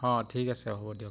অঁ ঠিক আছে হ'ব দিয়ক